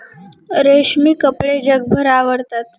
रेशमी कपडे जगभर आवडतात